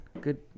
Good